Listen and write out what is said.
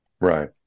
Right